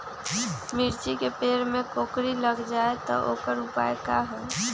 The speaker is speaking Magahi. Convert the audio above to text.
मिर्ची के पेड़ में कोकरी लग जाये त वोकर उपाय का होई?